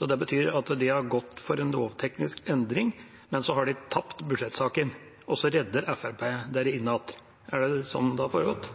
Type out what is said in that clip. Det betyr at dere har gått for en lovteknisk endring, men så har dere tapt budsjettsaken, og så redder Fremskrittspartiet dere inn igjen. Er det sånn det har foregått?